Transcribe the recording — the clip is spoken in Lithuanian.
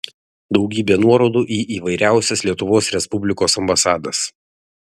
daugybė nuorodų į įvairiausias lietuvos respublikos ambasadas